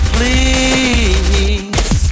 Please